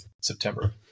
September